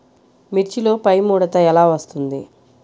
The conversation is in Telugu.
మిర్చిలో పైముడత ఎలా వస్తుంది?